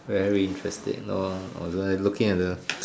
very interesting no no I'm looking at the